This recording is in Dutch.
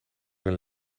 zijn